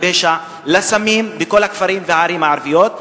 לפשע ולסמים בכל הכפרים והערים הערביים.